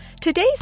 Today's